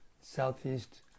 southeast